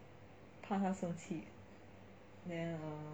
怕她生气 then er